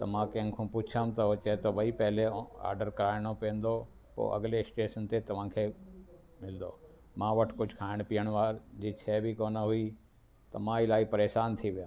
त मां कंहिं खां पुछियुमि त चए थो के भई पहिले ऑडर कराइणो पवंदो पोइ अॻिले स्टेशन ते तव्हां खे ॾींदो मां वटि कुझु खाइण पीअण वार जी शइ बि कोन हुई त मां इलाही परेशान थी वियुमि